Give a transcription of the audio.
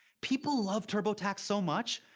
people love turbotax so much,